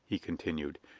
he continued,